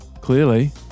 clearly